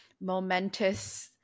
momentous